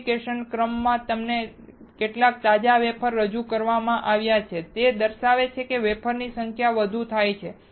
fabrication ક્રમમાં તમને કેટલા તાજા વેફર રજૂ કરવામાં આવ્યા છે તે દર્શાવે છે કે વેફર્સની સંખ્યા શરૂ થાય છે